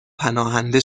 پناهنده